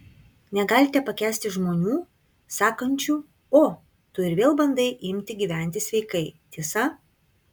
negalite pakęsti žmonių sakančių o tu ir vėl bandai imti gyventi sveikai tiesa